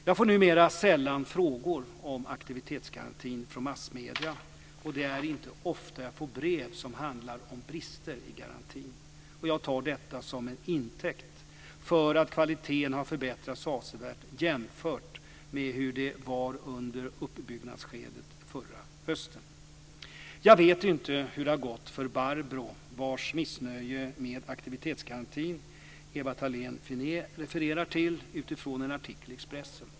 Jag får numera sällan frågor om aktivitetsgarantin från massmedier, och det är inte ofta jag får brev som handlar om brister i garantin. Jag tar detta som en intäkt för att kvaliteten har förbättrats avsevärt jämfört med hur det var under uppbyggnadsskedet förra hösten. Jag vet inte hur det har gått för Barbro, vars missnöje med aktivitetsgarantin Ewa Thalén Finné refererar till utifrån en artikel i Expressen.